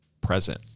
present